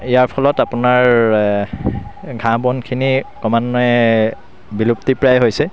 ইয়াৰ ফলত আপোনাৰ ঘাঁহ বনখিনি ক্ৰমান্ৱয়ে বিলুপ্তিপ্ৰায় হৈছে